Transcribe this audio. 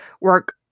work